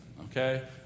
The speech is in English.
Okay